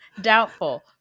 doubtful